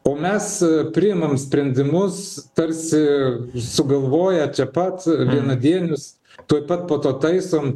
o mes priimam sprendimus tarsi sugalvoję čia pat vienadienius tuoj pat po to taisom